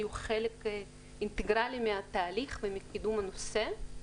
שהיו חלק אינטגרלי מהתהליך ומקידום הנושא.